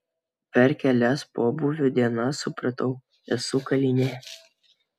per kelias pobūvio dienas supratau esu kalinė